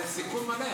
זה סיכום מלא.